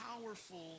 powerful